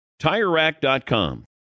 TireRack.com